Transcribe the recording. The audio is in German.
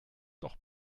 doch